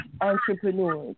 entrepreneurs